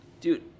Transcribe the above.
Dude